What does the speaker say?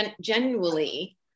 genuinely